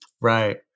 right